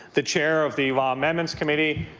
the chair of the law amendments committee